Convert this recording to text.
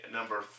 number